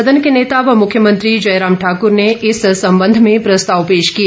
सदन के नेता व मुख्यमंत्री जयराम ठाकर ने इस संबंध में प्रस्ताव पेश किए